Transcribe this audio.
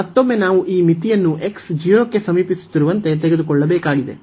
ಮತ್ತೊಮ್ಮೆ ನಾವು ಈ ಮಿತಿಯನ್ನು x 0 ಕ್ಕೆ ಸಮೀಪಿಸುತ್ತಿರುವಂತೆ ತೆಗೆದುಕೊಳ್ಳಬೇಕಾಗಿದೆ